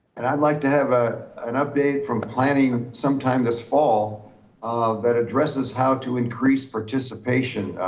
and i'd like to have ah an update from planning sometime this fall um that addresses how to increase participation.